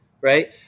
right